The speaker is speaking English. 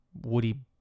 woody